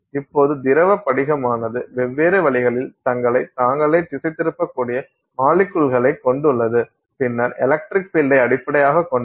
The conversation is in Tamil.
இப்போது திரவ படிகமானது வெவ்வேறு வழிகளில் தங்களைத் தாங்களே திசைதிருப்பக்கூடிய மாலிக்குள்களைக் கொண்டுள்ளது பின்னர் எலக்ட்ரிக் பீல்டை அடிப்படையாகக் கொண்டது